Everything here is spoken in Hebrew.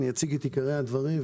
אציג את עיקרי הדברים,